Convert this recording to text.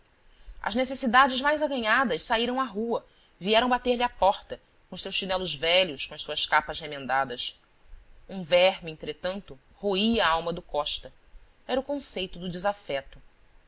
as necessidades mais acanhadas saíram à rua vieram bater-lhe à porta com os seus chinelos velhos com as suas capas remendadas um verme entretanto rola a alma do costa era o conceito do desafeto